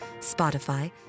Spotify